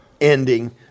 ending